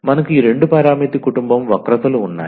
మనకు ఈ రెండు పారామితి కుటుంబం వక్రతలు ఉన్నాయి